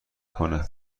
کنه